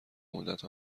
مدت